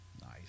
Nice